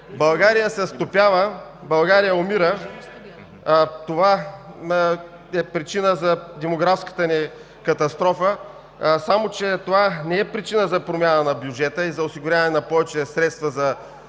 България се стопява, България умира. Това е причина за демографската ни катастрофа, само че това не е причина за промяна на бюджета и за осигуряване на повече средства, за да